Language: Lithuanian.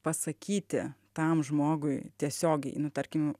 pasakyti tam žmogui tiesiogiai nu tarkim